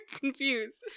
confused